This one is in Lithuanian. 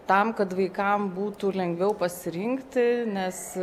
tam kad vaikam būtų lengviau pasirinkti nes